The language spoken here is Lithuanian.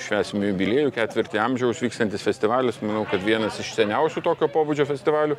švęsim jubiliejų ketvirtį amžiaus vyksiantis festivalis manau kad vienas iš seniausių tokio pobūdžio festivalių